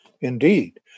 indeed